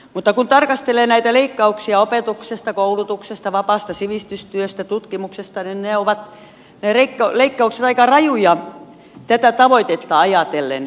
mutta kun tarkastelee näitä leikkauksia opetuksesta koulutuksesta vapaasta sivistystyöstä tutkimuksesta niin ne leikkaukset ovat aika rajuja tätä tavoitetta ajatellen